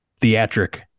Theatric